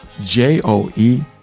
J-O-E